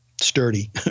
sturdy